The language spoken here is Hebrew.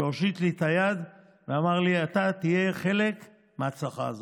שהושיט לי את היד ואמר לי: אתה תהיה חלק מההצלחה הזאת.